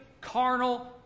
carnal